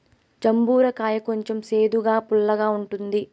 జంబూర కాయ కొంచెం సేదుగా, పుల్లగా ఉంటుంది